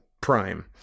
Prime